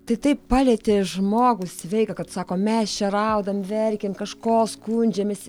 tai taip palietė žmogų sveiką kad sako mes čia raudam verkiam kažko skundžiamės